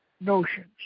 notions